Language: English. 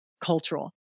cultural